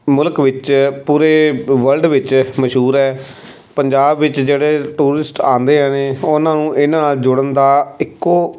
ਮੁਲਖ ਵਿੱਚ ਪੂਰੇ ਵਰਲਡ ਵਿੱਚ ਮਸ਼ਹੂਰ ਹੈ ਪੰਜਾਬ ਵਿੱਚ ਜਿਹੜੇ ਟੂਰਿਸਟ ਆਉਂਦੇ ਨੇ ਉਹਨਾਂ ਨੂੰ ਇਹਨਾਂ ਨਾਲ ਜੁੜਨ ਦਾ ਇੱਕੋ